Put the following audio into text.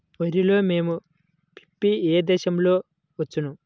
వరిలో మోము పిప్పి ఏ దశలో వచ్చును?